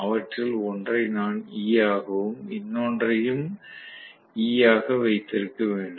அவற்றில் ஒன்றை நான் E ஆகவும் இன்னொன்றையும் E ஆக வைத்திருக்க வேண்டும்